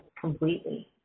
completely